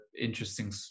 interesting